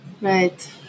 Right